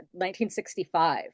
1965